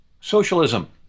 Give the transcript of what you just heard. socialism